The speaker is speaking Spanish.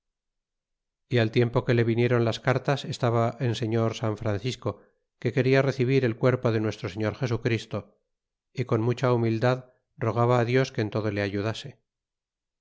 y al tiempo que le viniéron las cartas estaba en señor san francisco que quena recibir el cuerpo de nuestro señor jesu christo y con mucha humildad rogaba dios que en todo le ayudase